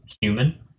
human